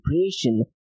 creation